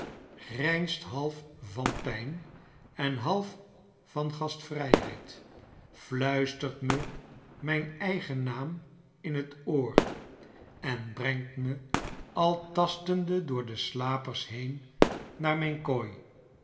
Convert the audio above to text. grijnst half van pijn en half vangastvryheid fluistert me mijn eigen naam in t oor en brengt me al tastende door de slapers heen naar mijn kooi